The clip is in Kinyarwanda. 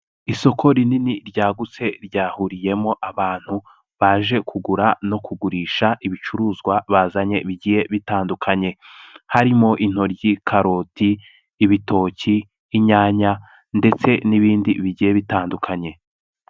Isoko rinini ryagutse ryahuriyemo abantu baje kugura no kugurisha ibicuruzwa bazanye bigiye bitandukanye, harimo intoryi, karoti, ibitoki, inyanya ndetse n'ibindi bigiye bitandukanye.